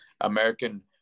American